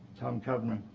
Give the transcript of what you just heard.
tom cavanaugh.